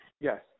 Yes